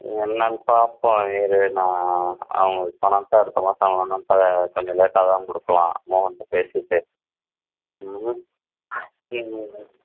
என்னென்னு பார்ப்போம் இரு நான் அவங்களுக்கு பணத்தை அடுத்த மாதம் ஆனோன்னே அப்போ கொஞ்சம் லேட்டாகதான் கொடுக்கலாம் மோகன்கிட்ட பேசிவிட்டு ம் ம் ம் ம்